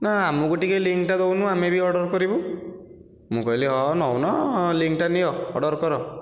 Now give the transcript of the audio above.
ନା ଆମକୁ ଟିକିଏ ଲିଙ୍କ୍ ଟା ଦେଉନୁ ଆମେ ବି ଟିକିଏ ଅର୍ଡ଼ର କରିବୁ ମୁଁ କହିଲି ହଁ ନେଉନ ହଁ ଲିଙ୍କ୍ ଟା ନିଅ ଅର୍ଡ଼ର କର